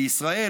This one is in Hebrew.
בישראל,